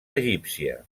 egípcia